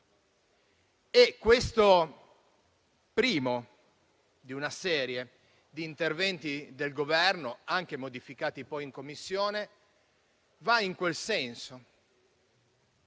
è il primo di una serie di interventi del Governo, anche modificati poi in Commissione, va in quel senso,